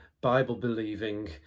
Bible-believing